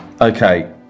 Okay